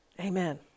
Amen